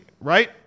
right